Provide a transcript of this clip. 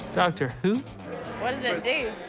doctor who? what does it do?